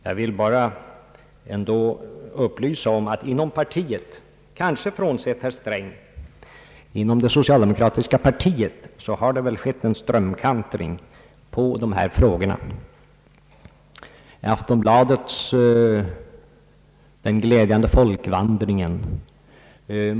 Jag vill ändå upplysa om att inom det socialdemokratiska partiet — detta gäller kanske inte herr Sträng — har skett en strömkantring i dessa frågor. Aftonbladet har skrivit om »Den glädjande folkvandringen».